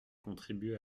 contribuent